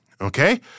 okay